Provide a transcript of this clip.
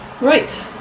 Right